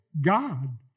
God